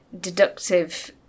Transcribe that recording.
deductive